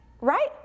right